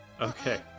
Okay